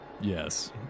Yes